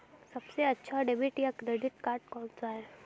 सबसे अच्छा डेबिट या क्रेडिट कार्ड कौन सा है?